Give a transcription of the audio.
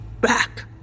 back